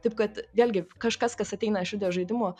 taip kad vėlgi kažkas kas ateina iš videožaidimų